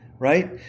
right